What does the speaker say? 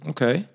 Okay